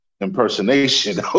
impersonation